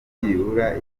byibura